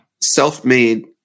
Self-made